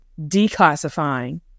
declassifying